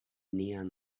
neon